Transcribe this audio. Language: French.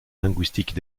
linguistiques